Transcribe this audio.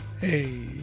Hey